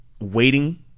waiting